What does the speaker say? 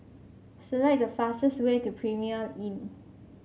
select the fastest way to Premier Inn